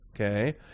okay